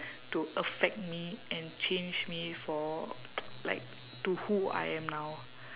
to affect me and change me for like to who I am now